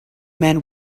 man